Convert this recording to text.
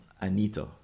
Anita